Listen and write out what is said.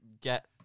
get